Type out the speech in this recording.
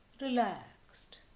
relaxed